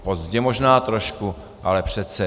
Pozdě možná trošku, ale přece.